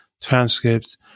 transcripts